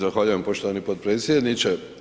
Zahvaljujem poštovani potpredsjedniče.